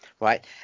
right